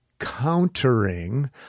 Countering